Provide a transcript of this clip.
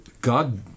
God